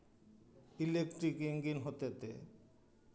electric engine ᱦᱚᱛᱮ ᱛᱮ